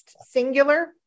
singular